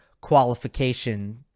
qualification